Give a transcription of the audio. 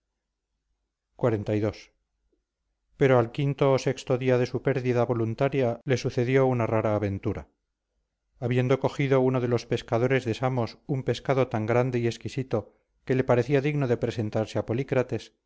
anillo xlii pero al quinto o sexto día de su pérdida voluntaria le sucedió una rara aventura habiendo cogido uno de los pescadores de samos un pescado tan grande y exquisito que le parecía digno de presentarse a